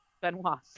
Benoit